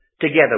together